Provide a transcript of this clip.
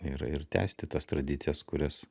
ir ir tęsti tas tradicijas kurias